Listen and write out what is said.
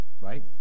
Right